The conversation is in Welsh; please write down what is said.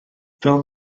fel